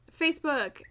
Facebook